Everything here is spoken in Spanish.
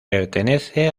pertenece